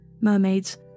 Mermaids